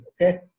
okay